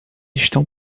estão